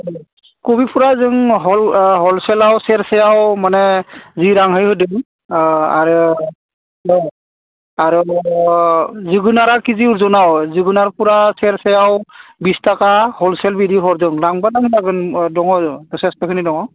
खबिफोरा जों हलसेलाव सेरसेआव माने जि रांहै होदोमोन आरो आरो जोगोनारा केजि अज'नाव जोगोनार फुरा सेरसेआव बिसथाखा हलसेल बिदि हरदों लांब्ला लांजागोन आरो दङ